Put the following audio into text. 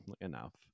enough